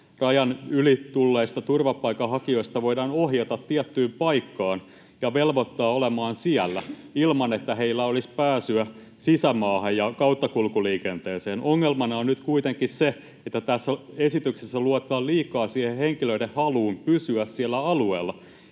rajan yli tulleista turvapaikanhakijoista voidaan ohjata tiettyyn paikkaan ja velvoittaa olemaan siellä ilman, että heillä olisi pääsyä sisämaahan ja kauttakulkuliikenteeseen. Ongelmana on nyt kuitenkin se, että tässä esityksessä luotetaan liikaa siihen henkilöiden haluun pysyä siellä alueella.